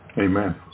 Amen